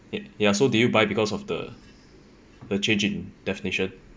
y~ ya so do you buy because of the the changing definition